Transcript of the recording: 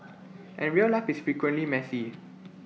and real life is frequently messy